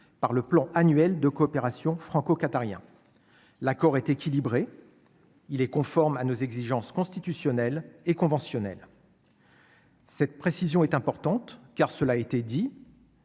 par le plan annuel de coopération franco-qatarien, l'accord est équilibré, il est conforme à nos exigences constitutionnelles et conventionnelles. Cette précision est importante car cela a été dit.